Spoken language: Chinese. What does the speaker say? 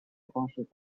方式